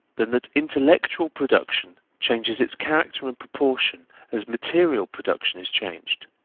than that intellectual production changes its character in proportion as material production is changed?